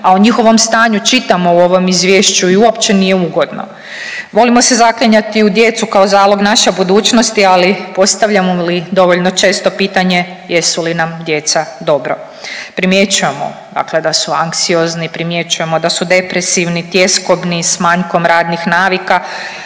a o njihovom stanju čitamo u ovom izvješću i opće nije ugodno. Volimo se zaklinjati u djecu kao zalog naše budućnosti, ali postavljamo li dovoljno često pitanje jesu li nam djeca dobro. Primjećujemo da su anksiozni, primjećujemo da su depresivni, tjeskobni, s manjkom radnih navika,